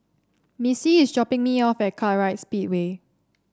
Missy is dropping me off at Kartright Speedway